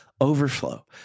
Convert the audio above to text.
Overflow